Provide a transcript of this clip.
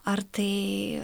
ar tai